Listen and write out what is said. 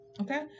Okay